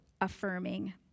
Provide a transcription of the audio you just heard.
affirming